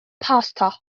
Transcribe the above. pasta